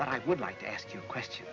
but i would like to ask you a question